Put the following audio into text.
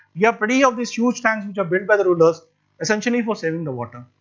you have pretty of these huge tanks which are built by the rulers essentially for saving the water.